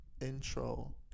intro